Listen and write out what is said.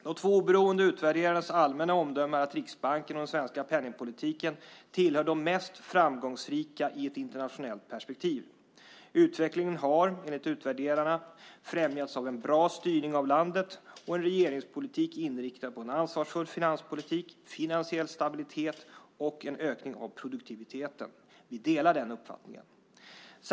De två oberoende utvärderarnas allmänna omdöme är att Riksbanken och den svenska penningpolitiken tillhör de mest framgångsrika i ett internationellt perspektiv. Utvecklingen har enligt utvärderarna främjats av en bra styrning av landet och en regeringspolitik inriktad på en ansvarsfull finanspolitik, finansiell stabilitet och en ökning av produktiviteten. Vi delar den uppfattningen.